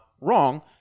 wrong